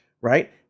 right